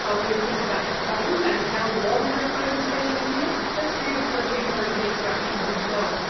um when you think about the foam and how long that foam stays on your beer, that's due to protein-protein interactions as well.